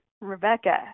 Rebecca